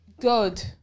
Good